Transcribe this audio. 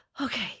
okay